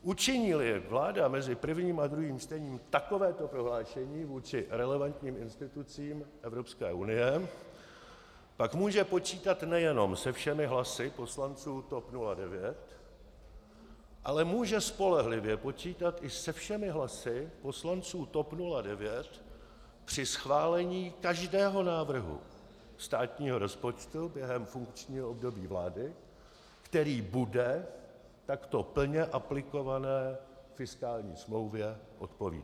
Učiníli vláda mezi prvním a druhým čtením takovéto prohlášení vůči relevantním institucím Evropské unie, pak může počítat nejenom se všemi hlasy poslanců TOP 09, ale může spolehlivě počítat i se všemi hlasy poslanců TOP 09 při schválení každého návrhu státního rozpočtu během funkčního období vlády, který bude takto plně aplikované fiskální smlouvě odpovídat.